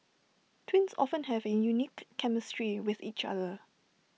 twins often have A unique chemistry with each other